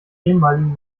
ehemaligen